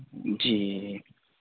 جی